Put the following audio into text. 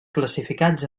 classificats